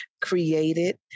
created